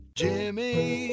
jimmy